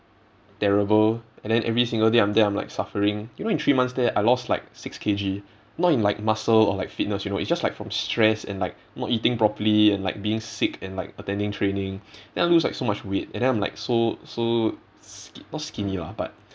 terrible and then every single day I'm there I'm like suffering you know in three months there I lost like six K_G not in like muscle or like fitness you know it's just like from stress and like not eating properly and like being sick and like attending training then I'll lose like so much weight then I'm like so so sk~ not skinny lah but